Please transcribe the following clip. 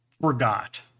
forgot